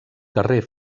carrer